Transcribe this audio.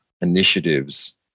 initiatives